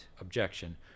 objection